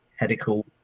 medical